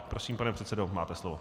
Prosím, pane předsedo, máte slovo.